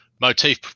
motif